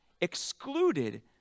excluded